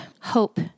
hope